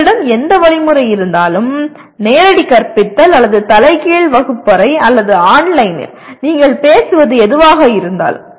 உங்களிடம் எந்த வழிமுறை இருந்தாலும் நேரடி கற்பித்தல் அல்லது தலைகீழ்வகுப்பறை அல்லது ஆன்லைனில் நீங்கள் பேசுவது எதுவாக இருந்தாலும்